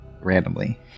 randomly